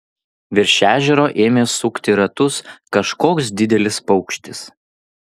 virš ežero ėmė sukti ratus kažkoks didelis paukštis